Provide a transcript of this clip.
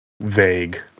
vague